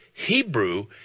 Hebrew